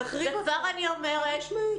וכבר אני אומרת,